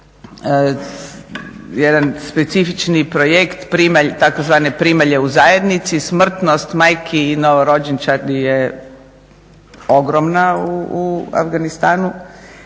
Jedan specifični projekt tzv. primalje u zajednici, smrtnost majki i novorođenčadi je ogromna u Afganistanu